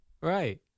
Right